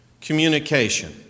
communication